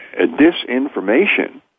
disinformation